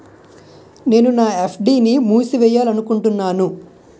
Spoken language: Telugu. నేను నా ఎఫ్.డి ని మూసివేయాలనుకుంటున్నాను